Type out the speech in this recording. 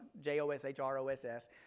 J-O-S-H-R-O-S-S